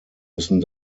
müssen